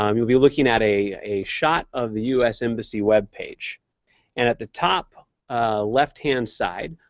um you'll be looking at a a shot of the u s. embassy webpage, and at the top left-hand side,